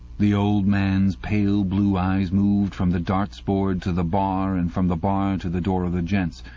the old man's pale blue eyes moved from the darts board to the bar, and from the bar to the door of the gents,